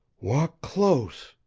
walk close!